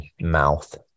mouth